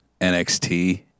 NXT